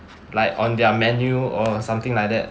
like on their menu or something like that